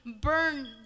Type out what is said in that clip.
burn